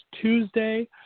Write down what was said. Tuesday